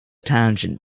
tangent